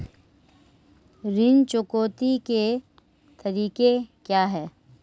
ऋण चुकौती के तरीके क्या हैं?